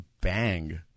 bang